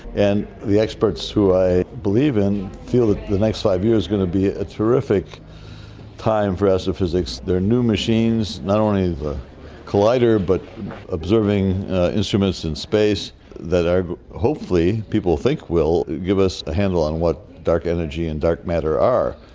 and the experts who i believe in feel that the next five years are going to be a terrific time for astrophysics. there are new machines, not only the collider but observing instruments in space that hopefully, people think will give us a handle on what dark energy and dark matter are.